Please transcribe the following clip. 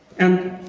and,